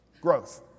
growth